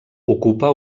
ocupa